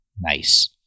Nice